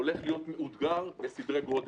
הולכת להיות מאותגרת בסדרי גודל.